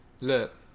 Look